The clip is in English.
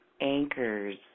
anchors